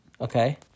Okay